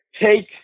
Take